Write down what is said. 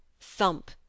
thump